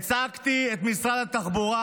והצגתי את משרד התחבורה,